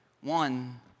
One